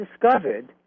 discovered